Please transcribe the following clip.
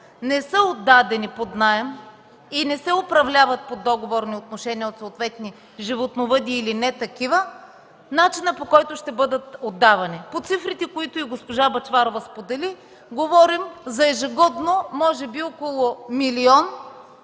не са отдадени под наем и не се управляват по договорни отношения от съответни животновъди, или не такива, до начина, по който ще бъдат отдавани. По цифрите, които и госпожа Бъчварова сподели, говорим за ежегодно може би около милион